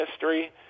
history